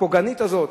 הפוגענית הזאת,